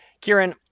Kieran